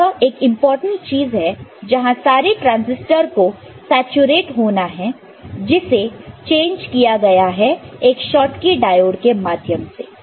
तो यह एक इंपॉर्टेंट चीज है जहां सारे ट्रांसिस्टर को सैचूरेट होना है जिसे चेंज किया गया है एक शॉटकी डायोड के माध्यम से